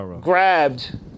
grabbed